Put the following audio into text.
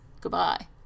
Goodbye